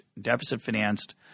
deficit-financed